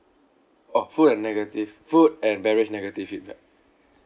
oh food and negative food and beverage negative feedback